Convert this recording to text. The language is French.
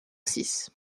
six